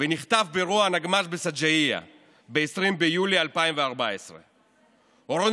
ונחטף באירוע הנגמ"ש בשג'אעיה ב-20 ביולי 2014. אורון